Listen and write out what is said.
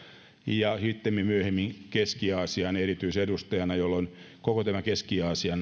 ja sitten myöhemmin keski aasian erityisedustajana jolloin koko tämä keski aasian